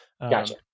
Gotcha